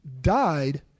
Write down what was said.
died